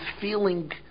feeling